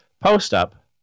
post-up